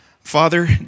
Father